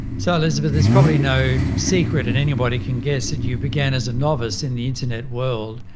so elizabeth, it's probably no secret and anybody can guess that you began as a novice in the internet world.